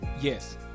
yes